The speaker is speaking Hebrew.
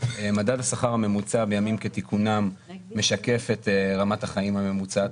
מדד השכר הממוצע בימים כתיקונם משקף את רמת החיים הממוצעת